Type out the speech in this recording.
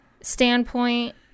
standpoint